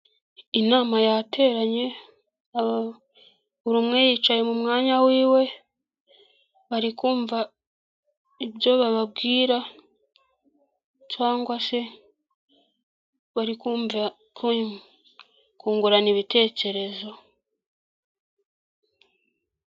Inama yateranye buri umwe yicaye mu mwanya wiwe barikumva ibyo bababwira cyangwa se bari kumva ko kungurana ibitekerezo.